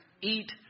eat